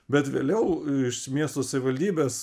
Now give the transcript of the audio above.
bet vėliau iš miesto savivaldybės